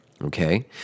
okay